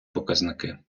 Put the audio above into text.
показники